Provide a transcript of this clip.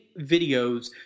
videos